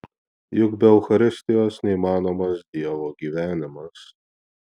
juk be eucharistijos neįmanomas dievo gyvenimas